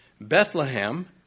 Bethlehem